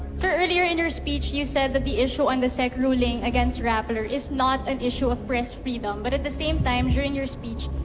sir, earlier in your speech, you said that the issue in the sec ruling against rappler is not an issue of press freedom. but at the same time during your speech,